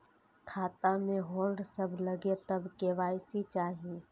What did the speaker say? खाता में होल्ड सब लगे तब के.वाई.सी चाहि?